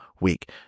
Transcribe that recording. week